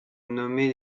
nommer